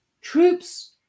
troops